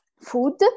food